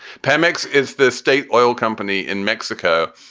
pemex is the state oil company in mexico.